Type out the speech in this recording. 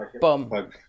bum